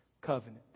covenant